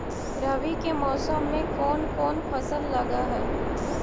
रवि के मौसम में कोन कोन फसल लग है?